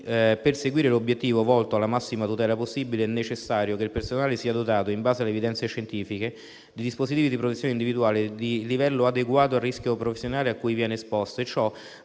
perseguire l'obiettivo volto alla massima tutela possibile, è necessario che il personale sia dotato, in base alle evidenze scientifiche, di dispositivi di protezione individuale di livello adeguato al rischio professionale a cui viene esposto e ciò,